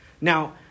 Now